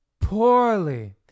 poorly